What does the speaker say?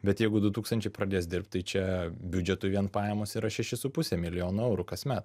bet jeigu du tūkstančiai pradės dirbt tai čia biudžetui vien pajamos yra šeši su puse milijono eurų kasmet